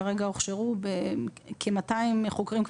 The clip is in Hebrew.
כרגע הוכשרו כ-200 חוקרים.